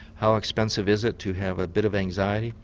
how expensive is it to have a bit of anxiety?